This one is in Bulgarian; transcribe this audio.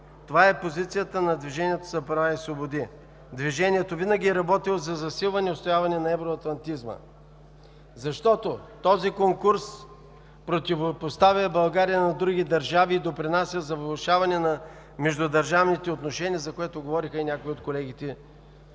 Това е позицията на „Движението за права и свободи“. Движението винаги е работило за засилване и отстояване на евроатлантизма, защото този конкурс противопоставя България на други държави и допринася за влошаване на междудържавните отношения, за което говориха и някои от колегите,